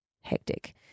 Hectic